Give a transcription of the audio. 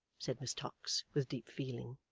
said miss tox, with deep feeling.